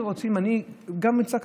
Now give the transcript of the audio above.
אבל גם זה לא קיים.